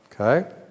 Okay